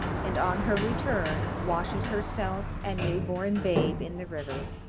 and on her return washes herself and new-born babe in the river